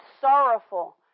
sorrowful